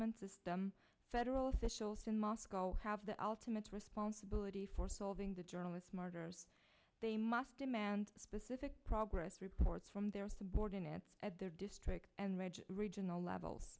enforcement system federal officials in moscow have the ultimate responsibility for solving the journalist's murders they must demand specific progress reports from their subordinates at their district and ridge regional levels